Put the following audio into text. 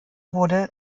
wurde